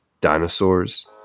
dinosaurs